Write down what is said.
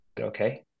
okay